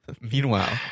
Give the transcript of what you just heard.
Meanwhile